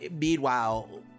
meanwhile